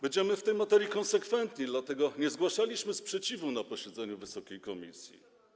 Będziemy w tej materii konsekwentni, dlatego nie zgłaszaliśmy sprzeciwu na posiedzeniu wysokiej komisji.